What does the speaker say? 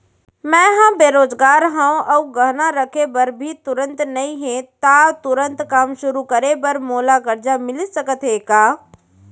मैं ह बेरोजगार हव अऊ गहना रखे बर भी तुरंत नई हे ता तुरंत काम शुरू करे बर मोला करजा मिलिस सकत हे का?